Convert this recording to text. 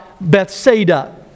Bethsaida